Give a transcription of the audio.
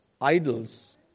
idols